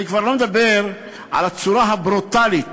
אני כבר לא מדבר על הצורה הברוטלית